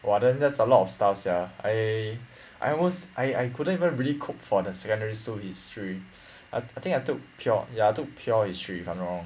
!wah! then that's a lot of stuff sia I I almost I I couldn't even really cope for the secondary school history and I I think I took pure ya I took pure history if I'm not wrong